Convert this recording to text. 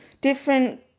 different